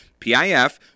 PIF